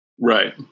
Right